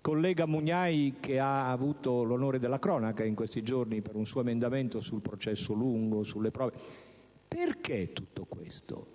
collega Mugnai, che ha avuto l'onore della cronaca in questi giorni per un suo emendamento sul processo lungo, perché tutto questo.